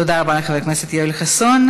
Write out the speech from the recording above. תודה רבה לחבר הכנסת יואל חסון.